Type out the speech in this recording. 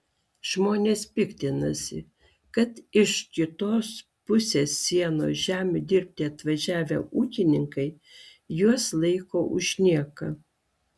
žmonės piktinasi kad iš kitos pusės sienos žemių dirbti atvažiavę ūkininkai juos laiko už nieką